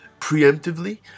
preemptively